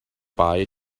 bye